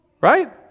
Right